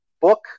book